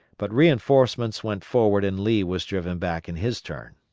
but reinforcements went forward and lee was driven back in his turn.